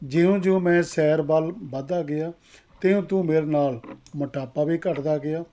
ਜਿਉਂ ਜਿਉਂ ਮੈਂ ਸੈਰ ਵੱਲ ਵੱਧਦਾ ਗਿਆ ਤਿਉਂ ਤਿਉਂ ਮੇਰੇ ਨਾਲ ਮੋਟਾਪਾ ਵੀ ਘੱਟਦਾ ਗਿਆ